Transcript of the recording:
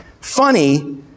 Funny